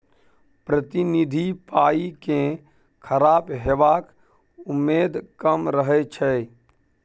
प्रतिनिधि पाइ केँ खराब हेबाक उम्मेद कम रहै छै